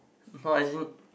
no as in